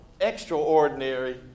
extraordinary